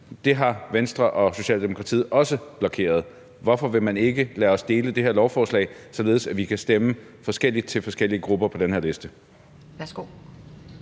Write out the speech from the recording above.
Det har Venstre og Socialdemokratiet også blokeret. Hvorfor vil man ikke lade os dele det her lovforslag, således at vi kan stemme forskelligt til forskellige grupper på den her liste?